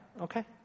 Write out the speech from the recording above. okay